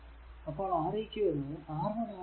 അപ്പോൾ R eq R1 R2 R1 R2